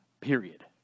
period